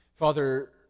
Father